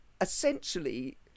essentially